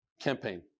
campaign